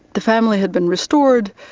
the family had been restored,